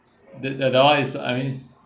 the the that one is I mean